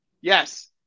Yes